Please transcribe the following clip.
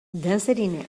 dançarina